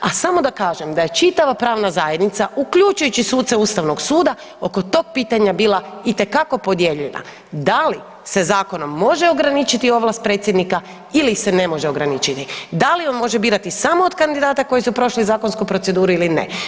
A samo da kažem da je čitava pravna zajednica uključujući suce Ustavnog suda oko tog pitanja bila itekako podijeljena da li se zakonom može ograničiti ovlast predsjednika ili se ne može ograničiti, da li on može birati samo od kandidata koji su prošli zakonsku proceduru ili ne.